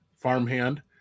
farmhand